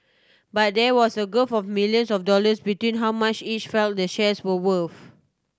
but there was a gulf of millions of dollars between how much each felt the shares were worth